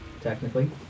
Technically